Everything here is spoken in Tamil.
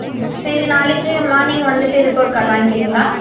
ம் சரி நாளைக்கு மார்னிங் வந்துவிட்டு ரிப்போர்ட் கார்ட் வாங்கிக்கிறிங்களா